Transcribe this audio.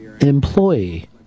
employee